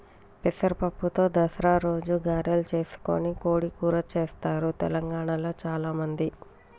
పెసర పప్పుతో దసరా రోజు గారెలు చేసుకొని కోడి కూర చెస్తారు తెలంగాణాల చాల మంది